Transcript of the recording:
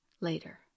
later